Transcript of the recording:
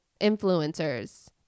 influencers